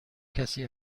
کسی